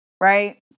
right